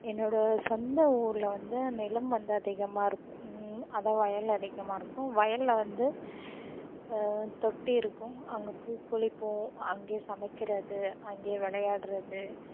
என்னோடய சொந்த ஊரில் வந்து நிலம் வந்து அதிகமாகருக்கும் அதுதான் வயல் அதிகமாகருக்கும் வயலில் வந்து தொட்டி இருக்கும் அங்கே போய் குளிப்போம் அங்கேயே சமைக்கிறது அங்கேயே விளையாடுகிறது